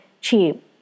cheap